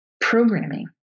programming